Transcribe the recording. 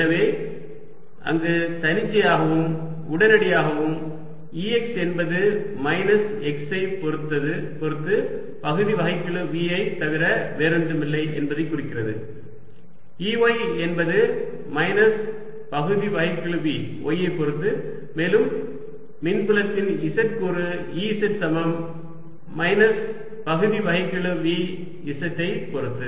எனவே அங்கு தன்னிச்சையாகவும் உடனடியாகவும் Ex என்பது மைனஸ் x ஐ பொருத்து பகுதி வகைக்கெழு V ஐ தவிர வேறொன்றுமில்லை என்பதைக் குறிக்கிறது Ey என்பது மைனஸ் பகுதி வகைக்கெழு V y ஐ பொருத்து மேலும் மின்புலத்தின் z கூறு Ez சமம் மைனஸ் பகுதி வகைக்கெழு V z ஐ பொருத்து